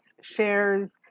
shares